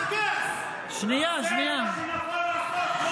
זה מה שנכון לעשות.